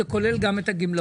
זה כולל גם את הגמלאות.